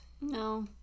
no